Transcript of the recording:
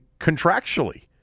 contractually